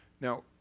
Now